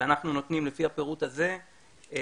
ואנחנו נותנים לפי הפירוט הזה כ-10.8